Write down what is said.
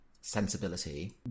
sensibility